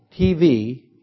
TV